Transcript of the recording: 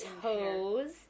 Toes